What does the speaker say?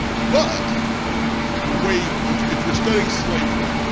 but the way if if you're studying slavery,